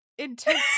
intense